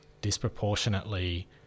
disproportionately